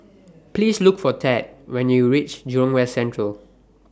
Please Look For Tad when YOU REACH Jurong West Central